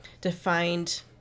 defined